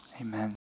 Amen